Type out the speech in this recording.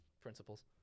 Principles